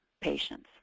patients